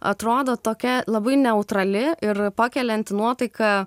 atrodo tokia labai neutrali ir pakelianti nuotaiką